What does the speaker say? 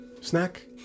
snack